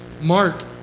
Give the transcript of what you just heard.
Mark